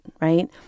right